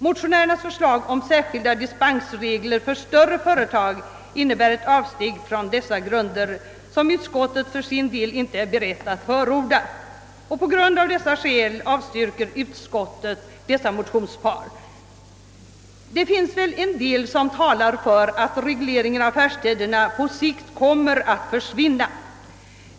Motionärernas förslag om särskilda dispensregler för större företag innebär ett avsteg från lagens grunder, vilket utskottet för sin del inte är berett att förorda. Det finns en del faktorer som talar för att regleringen av affärstiderna på sikt kommer att försvinna.